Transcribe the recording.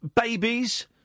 babies